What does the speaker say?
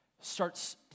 starts